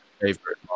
favorite